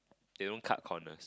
they don't cut corners